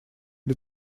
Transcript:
для